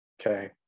Okay